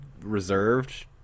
reserved